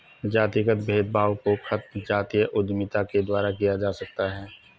जातिगत भेदभाव को खत्म जातीय उद्यमिता के द्वारा किया जा सकता है